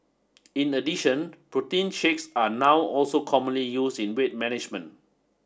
in addition protein shakes are now also commonly used in weight management